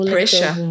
Pressure